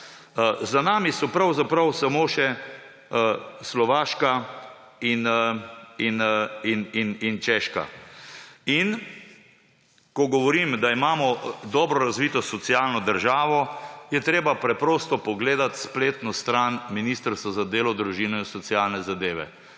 Za nami so pravzaprav samo še Slovaška in Češka. In ko govorim, da imamo dobro razvito socialno državo, je treba preprosto pogledati spletno stran Ministrstva za delo, družino in socialne zadeve.